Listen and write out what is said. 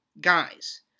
guys